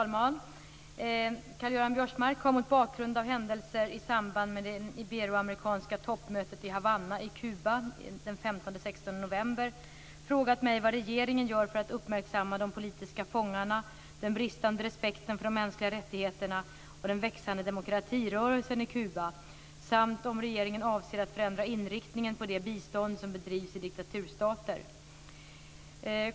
Fru talman! Karl-Göran Biörsmark har mot bakgrund av händelser i samband med det iberoamerikanska toppmötet i Havanna i Kuba den 15-16 november frågat mig vad regeringen gör för att uppmärksamma de politiska fångarna, den bristande respekten för de mänskliga rättigheterna och den växande demokratirörelsen i Kuba samt om regeringen avser att förändra inriktningen på det bistånd som bedrivs i diktaturstater.